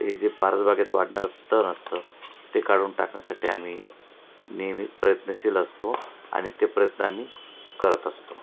हे जे परस बागेत वाढणारं तण असतं ते काढून टाकण्यासाठी आम्ही नेहमी प्रयत्नशील असतो आणि ते प्रयत्न आम्ही करत असतो